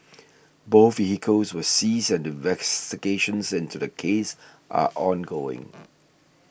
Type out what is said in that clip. both vehicles were seized and investigations into the case are ongoing